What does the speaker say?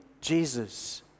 Jesus